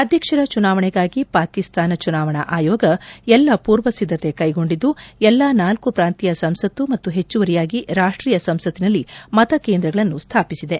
ಅಧ್ಯಕ್ಷರ ಚುನಾವಣೆಗಾಗಿ ಪಾಕಿಸ್ತಾನ್ ಚುನಾವಣ ಆಯೋಗ ಎಲ್ಲಾ ಪೂರ್ವ ಸಿದ್ದತೆ ಕೈಗೊಂಡಿದ್ದು ಎಲ್ಲಾ ನಾಲ್ಕು ಪ್ರಾಂತೀಯ ಸಂಸತ್ತು ಮತ್ತು ಹೆಚ್ಚುವರಿಯಾಗಿ ರಾಷ್ವೀಯ ಸಂಸತ್ತಿನಲ್ಲಿ ಮತಕೇಂದ್ರಗಳನ್ನು ಸ್ಥಾಪಿಸಿದೆ